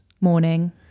Morning